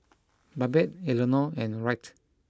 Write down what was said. Babette Elenore and Wright